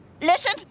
listen